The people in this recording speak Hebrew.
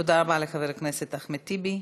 תודה רבה לחבר הכנסת אחמד טיבי.